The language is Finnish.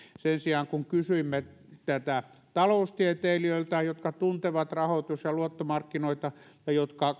sen sijaan kun kysyimme tätä taloustieteilijöiltä jotka tuntevat rahoitus ja luottomarkkinoita ja jotka